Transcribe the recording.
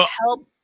help